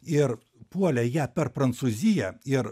ir puolė ją per prancūziją ir